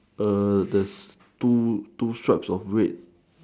err there's two two straps of red